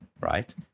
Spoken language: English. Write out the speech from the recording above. right